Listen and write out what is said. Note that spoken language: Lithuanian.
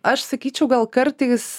aš sakyčiau gal kartais